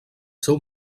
seu